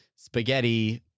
spaghetti